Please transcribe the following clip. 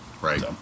Right